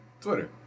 Twitter